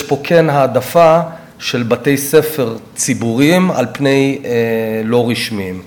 יש פה העדפה של בתי-ספר ציבוריים על לא רשמיים.